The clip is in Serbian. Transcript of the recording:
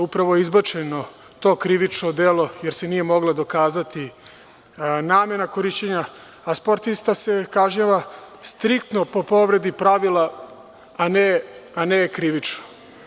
Upravo je izbačeno to krivično delo, jer se nije mogla dokazati namena korišćenja, a sportista se kažnjava striktno po povredi pravila a ne krivično.